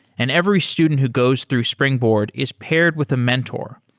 and every student who goes through springboard is paired with a mentor,